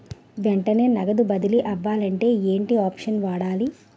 వెంటనే నగదు బదిలీ అవ్వాలంటే ఏంటి ఆప్షన్ వాడాలి?